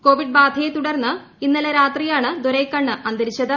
Covid ബാധയെ തുടർന്ന് ഇന്നലെ രാത്രിയാണ് ദൊരൈകണ്ണ് അന്തരിച്ചത്